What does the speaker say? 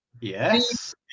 Yes